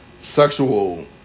sexual